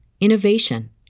innovation